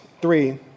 three